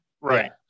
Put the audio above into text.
Right